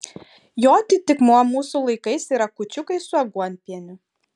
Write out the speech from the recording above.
jo atitikmuo mūsų laikais yra kūčiukai su aguonpieniu